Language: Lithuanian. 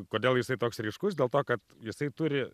kodėl jisai toks ryškus dėl to kad jisai turi